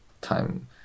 time